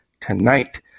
tonight